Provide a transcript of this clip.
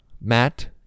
matt